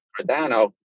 Cardano